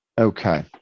Okay